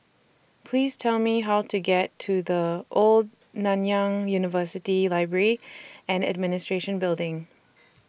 Please Tell Me How to get to The Old Nanyang University Library and Administration Building